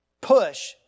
push